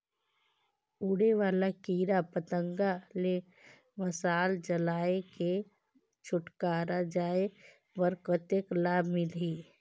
उड़े वाला कीरा पतंगा ले मशाल जलाय के छुटकारा पाय बर कतेक लाभ मिलही?